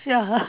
ya ha